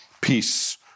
peace